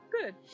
good